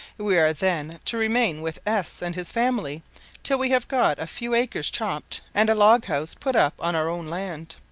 we are, then, to remain with s and his family till we have got a few acres chopped, and a log-house put up on our own land.